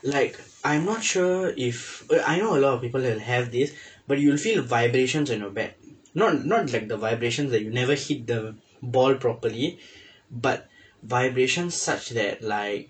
like I'm not sure if I know a lot of people that will have this but you will feel vibrations on your bat not not like the vibrations that you never hit the ball properly but vibrations such that like